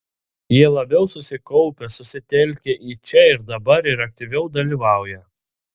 jie labiau susikaupę susitelkę į čia ir dabar ir aktyviau dalyvauja